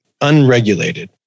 unregulated